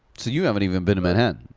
so you haven't even been to manhattan.